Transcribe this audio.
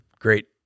great